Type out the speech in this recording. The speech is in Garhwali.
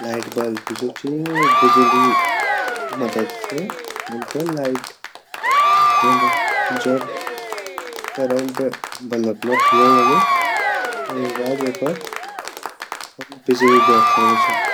लाइट बल्ब जु ची उ बिजली मदद से हमते लाइट दयोन्दू जब करंट बल्ब मा फ्लो वोंदु वेगा बाद हम वेपर बिजली देखम सखदा छिन।